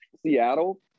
seattle